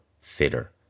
fitter